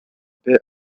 bit